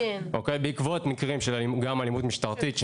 בעקבות מקרים של גם אלימות משטרתית.